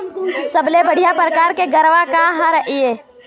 सबले बढ़िया परकार के गरवा का हर ये?